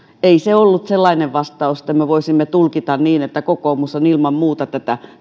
ollut sellainen vastaus että me voisimme tulkita niin että kokoomus on ilman muuta tätä